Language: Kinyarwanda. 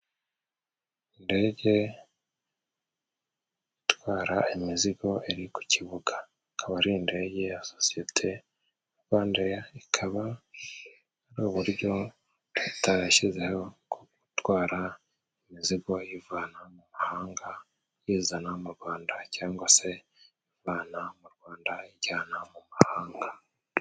Indege itwara imizigo iri ku kibuga, ikaba ari indege ya sosiyete ya rwanda eya, ikaba ari uburyo retayashyizeho, bwo gutwara imizigo iyivana mu mahanga, iyizana mu rwanda cangwa se iyivana mu rwanda iyijyana mu mahanga.